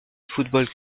football